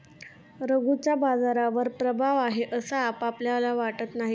रघूचा बाजारावर प्रभाव आहे असं आपल्याला वाटत नाही का?